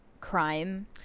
Crime